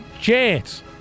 chance